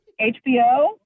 HBO